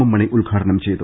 M Mani ഉദ്ഘാടനം ചെയ്തു